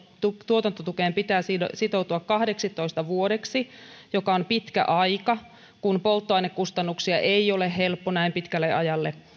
tuotantotukeen pitää sitoutua kahdeksitoista vuodeksi joka on pitkä aika kun polttoainekustannuksia ei ole helppo näin pitkälle ajalle